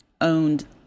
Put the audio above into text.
owned